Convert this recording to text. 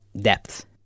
depth